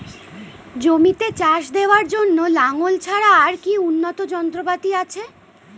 জমিতে চাষ দেওয়ার জন্য লাঙ্গল ছাড়া আর কি উন্নত যন্ত্রপাতি আছে?